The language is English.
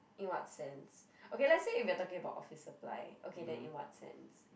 in what sense okay let's say if we're talking about office supply okay then in what sense